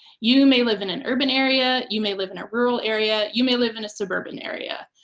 you may live in an urban area, you may live in a rural area, you may live in a suburban area,